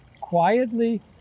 quietly